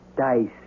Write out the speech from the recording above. dice